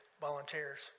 volunteers